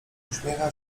uśmiecha